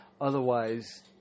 Otherwise